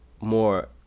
more